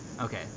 okay